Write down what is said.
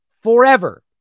forever